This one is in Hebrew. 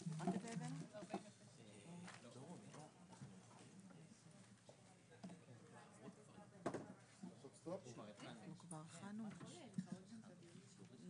15:01.